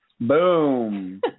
Boom